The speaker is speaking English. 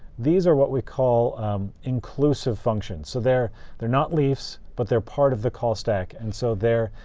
these are what we call inclusive functions. so they're they're not leafs, but they're part of the call stack. and so they're,